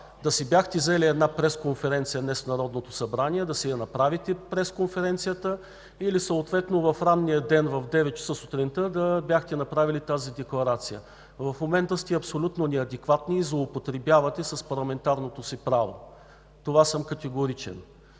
да си бяхте взели една пресконференция днес в Народното събрание, да си я направите или по-рано, в 9,00 ч. сутринта да бяхте направили тази декларация. В момента сте абсолютно неадекватни и злоупотребявате с парламентарното си право. В това съм категоричен.